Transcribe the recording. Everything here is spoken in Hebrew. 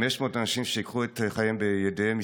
500 האנשים שייקחו את חייהם בידיהם,